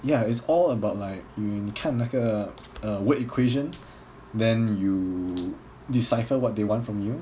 ya it's all about like 你看那个 word equation then you decipher what they want from you